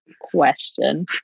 question